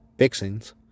Fixings